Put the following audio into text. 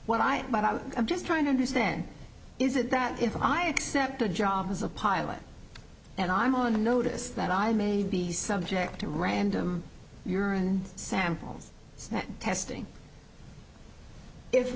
what i am but i'm just trying to understand is it that if i accept a job as a pilot and i'm on notice that i may be subject to random urine samples that testing if